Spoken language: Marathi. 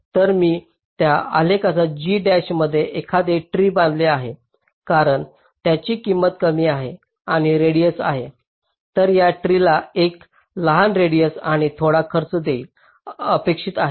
तर मी या आलेखात G डॅशमध्ये एखादे ट्री बांधले आहे कारण त्याची किंमत कमी आहे आणि रेडिएस आहे तर या ट्री ला एक लहान रेडिएस आणि थोडा खर्च देखील अपेक्षित आहे